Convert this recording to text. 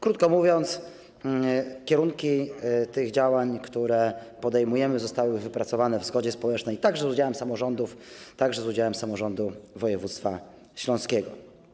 Krótko mówiąc, kierunki tych działań, które podejmujemy, zostały wypracowane w zgodzie społecznej, także z udziałem samorządów, także z udziałem samorządu województwa śląskiego.